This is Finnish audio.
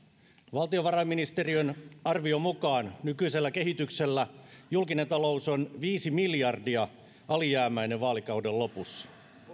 valtiovarainministeriön arvion mukaan nykyisellä kehityksellä julkinen talous on viisi miljardia alijäämäinen vaalikauden lopussa